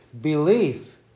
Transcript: belief